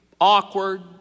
awkward